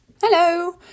Hello